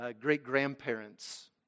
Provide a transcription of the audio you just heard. great-grandparents